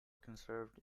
conserved